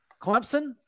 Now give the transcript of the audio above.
Clemson